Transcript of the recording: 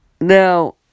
Now